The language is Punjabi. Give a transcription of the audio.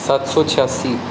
ਸੱਤ ਸੌ ਛਿਆਸੀ